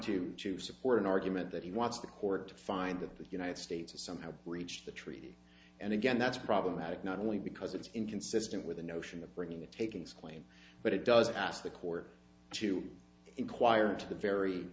to to support an argument that he wants the court to find that the united states is somehow breached the treaty and again that's problematic not only because it's inconsistent with the notion of bringing a takings claim but it does ask the court to inquire into the very